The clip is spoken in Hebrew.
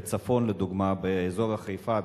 בצפון לדוגמה, באזור חיפה,